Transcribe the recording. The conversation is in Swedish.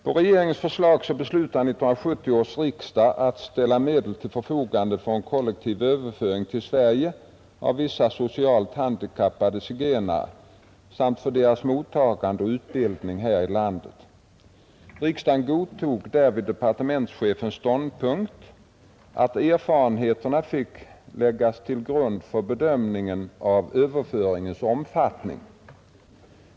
På regeringens förslag beslutade 1970 års riksdag att ställa medel till förfogande för en kollektiv överföring till Sverige av vissa socialt handikappade zigenare samt för deras mottagande och utbildning här i landet. Riksdagen godtog därvid departementschefens ståndpunkt att erfarenheterna fick läggas till grund för bedömningen av överföringens omfattning.